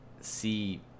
see